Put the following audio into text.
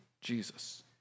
Jesus